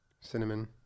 cinnamon